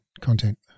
content